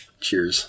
Cheers